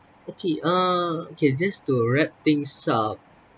okay uh okay just to wrap things up